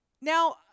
Now